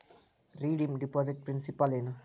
redeem deposit principal ಏನು